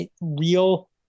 real